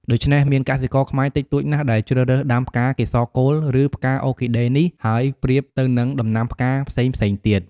ដូច្នេះមានកសិករខ្មែរតិចតួចណាស់ ដែលជ្រើសរើសដាំផ្កាកេសរកូល ឬ ផ្កាអ័រគីដេនេះ បើប្រៀបទៅនឹងដំណាំផ្កាផ្សេងៗទៀត។